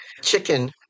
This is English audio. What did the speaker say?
chicken